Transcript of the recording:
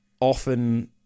often